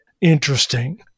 interesting